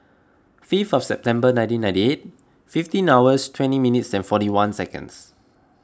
fifth of September nineteen ninety eight fifteen hours twenty minutes and forty one seconds